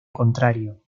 contrario